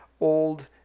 old